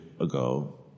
ago